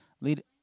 lead